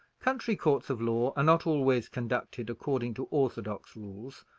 country courts of law are not always conducted according to orthodox rules,